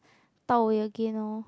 Dao-Wei again lor